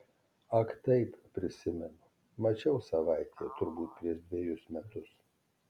ak taip prisimenu mačiau savaitėje turbūt prieš dvejus metus